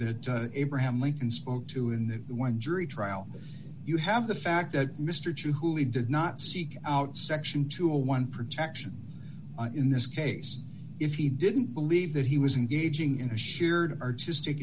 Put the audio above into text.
that abraham lincoln spoke to in the one jury trial you have the fact that mr chu hooley did not seek out section two a one protection in this case if he didn't believe that he was engaging in a shared artistic